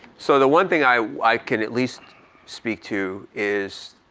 so the one thing i i can at least speak to is